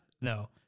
no